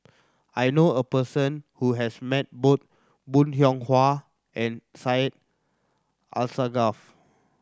I know a person who has met both Bong Hiong Hwa and Syed Alsagoff